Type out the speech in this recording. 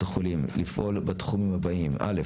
החולים לפעול בתחומים הבאים: ראשית,